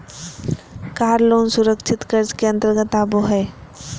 कार loan सुरक्षित कर्ज के अंतर्गत आबो हय